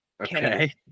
Okay